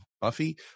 Buffy